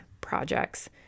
projects